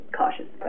cautious